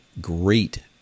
great